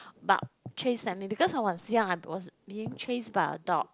bark chase at me because I was young I was being chased by a dog